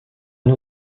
nos